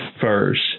first